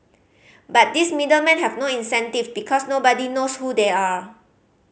but these middle men have no incentive because nobody knows who they are